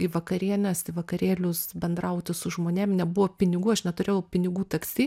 į vakarienes į vakarėlius bendrauti su žmonėm nebuvo pinigų aš neturėjau pinigų taksi